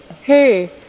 hey